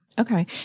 Okay